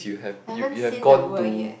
haven't seen the work yet